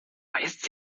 beißt